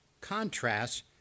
contrasts